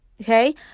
okay